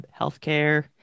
healthcare